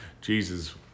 Jesus